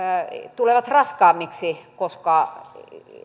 tulevat raskaammiksi koska